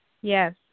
yes